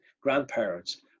grandparents